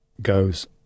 goes